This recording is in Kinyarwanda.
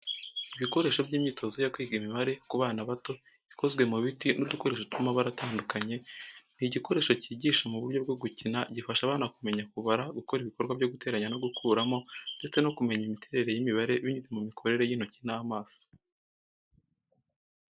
Ibikoresho by’imyitozo yo kwiga imibare ku bana bato, ikozwe mu biti n’udukoresho tw’amabara atandukanye. Ni igikoresho cyigisha mu buryo bwo gukina, gifasha abana kumenya kubara, gukora ibikorwa byo guteranya no gukuramo, ndetse no kumenya imiterere y’imibare binyuze mu mikorere y’intoki n’amaso.